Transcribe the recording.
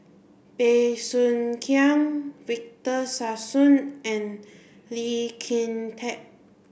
Bey Soo Khiang Victor Sassoon and Lee Kin Tat